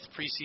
preseason